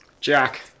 Jack